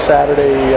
Saturday